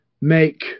make